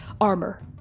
armor